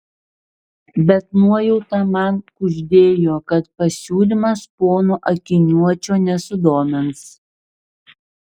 bet nuojauta man kuždėjo kad pasiūlymas pono akiniuočio nesudomins